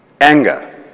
Anger